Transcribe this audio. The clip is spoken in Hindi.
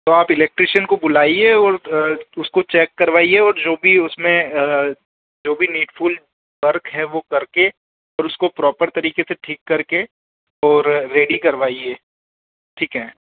तो आप इलेक्ट्रिशिअन को बुलाइए और उसको चेक करवाइए और जो भी उसमें जो भी नीडफुल वर्क है वह करके और उसको प्रॉपर तरीके से ठीक करके और रेडी करवाइए ठीक है